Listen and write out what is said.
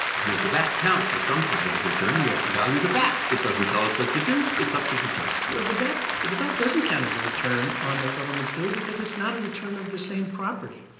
i mean, the bat counts as some kind of a return. we have to value the bat. it doesn't tell us what to do. it's up to the judge. green well, the bat the the bat doesn't count as a return on the government's theory because it's not a return of the same property.